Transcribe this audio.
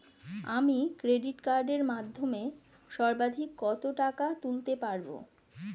আমি ক্রেডিট কার্ডের মাধ্যমে সর্বাধিক কত টাকা তুলতে পারব?